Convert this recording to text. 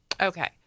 okay